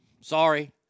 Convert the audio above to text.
Sorry